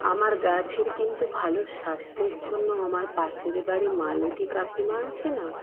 আমার গাছের কিন্তু ভালো স্বাস্থ্যের জন্য আমার পাশের বাড়ির মালতী কাকিমা আছে না